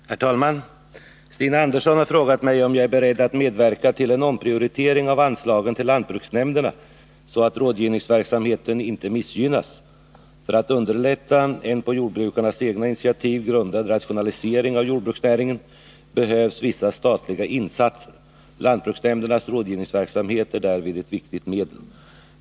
Herr talman! Stina Andersson har frågat mig om jag är beredd att medverka till en omprioritering av anslagen till lantbruksnämnderna så att rådgivningsverksamheten inte missgynnas. För att underlätta en på jordbrukarnas egna initiativ grundad rationalisering av jordbruksnäringen behövs vissa statliga insatser. Lantbruksnämndernas rådgivningsverksamhet är därvid ett viktigt medel.